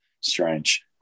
strange